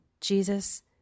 Jesus